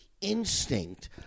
instinct